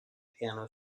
piano